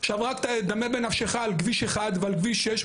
עכשיו רק תדמה בנפשך על כביש אחד ועל כביש שש,